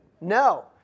No